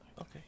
Okay